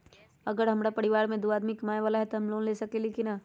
अगर हमरा परिवार में दो आदमी कमाये वाला है त हम लोन ले सकेली की न?